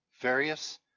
various